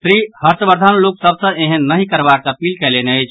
श्री हर्षवर्द्वन लोक सभ सँ एहेन नहि करबाक अपील कयलनि अछि